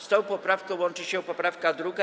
Z tą poprawką łączy się poprawka 2.